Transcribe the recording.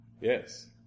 Yes